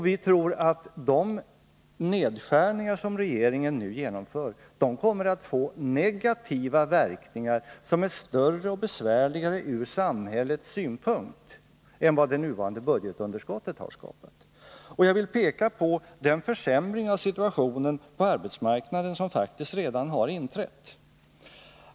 Vi tror att de nedskärningar som regeringen nu genomför kommer att få negativa verkningar som är större och besvärligare ur samhällets synpunkt än vad det nuvarande budgetunderskottet har skapat. Jag vill peka på den försämring av situationen på arbetsmarknaden som faktiskt redan har inträtt.